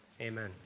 Amen